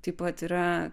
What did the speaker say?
taip pat yra